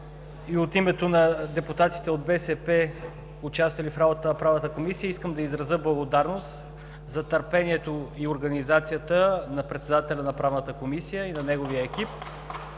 И от името на депутатите от „БСП за България“, участвали в работата на Правната комисия, искам да изразя благодарност за търпението и организацията на председателя на Правната комисия и на неговия екип,